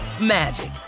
magic